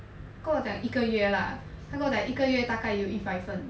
他跟我讲一个月 lah 他跟我讲一个月大概有一百份